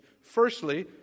Firstly